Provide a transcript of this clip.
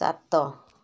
ସାତ